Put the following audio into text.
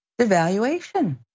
devaluation